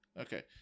Okay